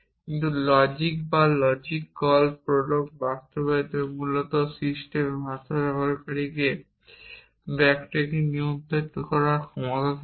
কিন্তু লজিক বা logical Prolog বাস্তবায়নের মতো সিস্টেমে ভাষা ব্যবহারকারীকে ব্যাক ট্র্যাকিং নিয়ন্ত্রণ করার ক্ষমতা দেয়